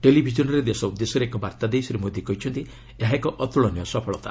ଟେଲିଭିକନରେ ଦେଶ ଉଦ୍ଦେଶ୍ୟରେ ଏକ ବାର୍ତ୍ତା ଦେଇ ଶ୍ରୀ ମୋଦି କହିଛନ୍ତି ଏହା ଏକ ଅତ୍କଳନୀୟ ସଫଳତା